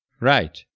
Right